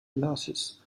glasses